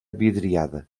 vidriada